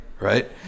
right